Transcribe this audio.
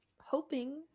hoping